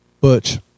Butch